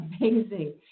amazing